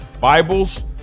Bibles